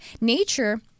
Nature